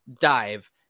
dive